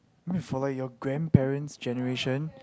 mean for like your grandparents generation